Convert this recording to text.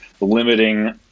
limiting